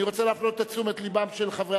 אני רוצה להפנות את תשומת לבם של חברי